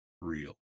real